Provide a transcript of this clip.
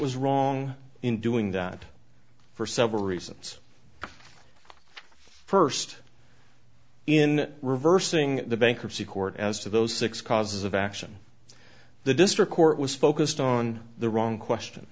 was wrong in doing that for several reasons first in reversing the bankruptcy court as to those six causes of action the district court was focused on the wrong question